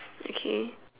okay